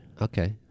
okay